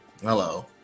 hello